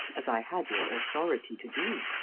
as i had your authority to do.